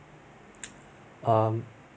um